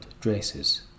dresses